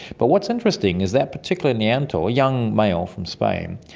but what's interesting is that particular neanderthal, a young male from spain,